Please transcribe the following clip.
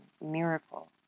miracle